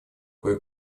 кое